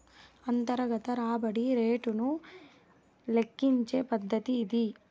అంతర్గత రాబడి రేటును లెక్కించే పద్దతి ఇది